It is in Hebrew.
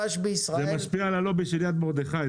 לא, זה משפיע על הלובי של "יד מרדכי".